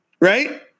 Right